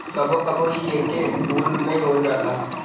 कबो कबो इ एके फूल में हो जाला